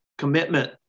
commitment